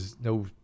no